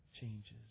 changes